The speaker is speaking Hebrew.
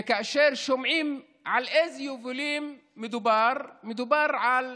וכאשר שומעים על אילו יבולים מדובר, מדובר על